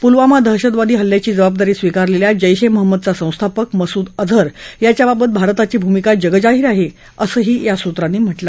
पुलवामा दहशतवादी हल्ल्याची जबाबदारी स्वीकारलेल्या जैश ए महंमदचा संस्थापक मसुद अजहर याच्याबाबत भारताची भूमिका जगजाहीर आहे असं या सूत्रांनी सांगितलं